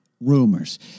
rumors